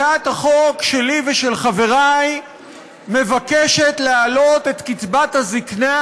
הצעת החוק שלי ושל חברי מבקשת להעלות את קצבת הזיקנה,